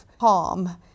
harm